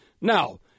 Now